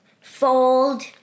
fold